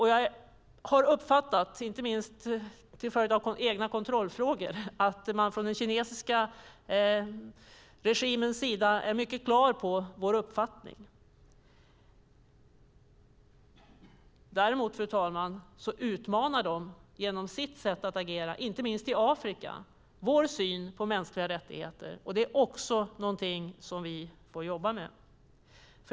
Jag har uppfattat, inte minst genom egna kontrollfrågor, att den kinesiska regimen är klar över vår uppfattning. Däremot utmanar de genom sitt sätt att agera, inte minst i Afrika, vår syn på mänskliga rättigheter. Det är något som vi får jobba med.